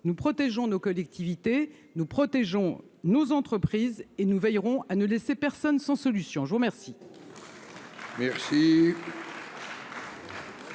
nous protégeons nos collectivités, nous protégeons nos entreprises et nous veillerons à ne laisser personne sans solution, je vous remercie.